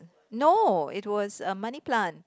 no it was a money plant